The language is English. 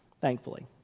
Thankfully